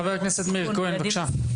חבר הכנסת מאיר כהן, בבקשה.